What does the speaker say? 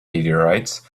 meteorites